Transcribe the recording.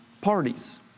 parties